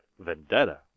Vendetta